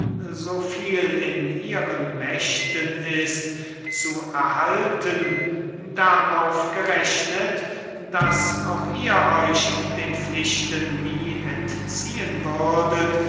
so viel in ihren mächten ist zu erhalten darauf gerechnet daß auch ihr euch den pflichten nie entziehen würdet